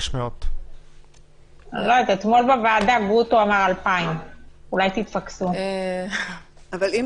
500. אתמול בוועדה גרוטו אמר 2,000. אולי תתפקסו?